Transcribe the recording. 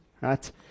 right